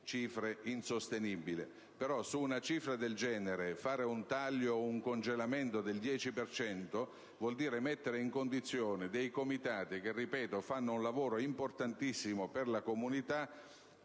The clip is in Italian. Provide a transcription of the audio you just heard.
cifre insostenibili. Però, su una cifra del genere fare un taglio o un congelamento del 10 per cento vuol dire mettere i Comitati, che, ripeto, fanno un lavoro importantissimo per la comunità,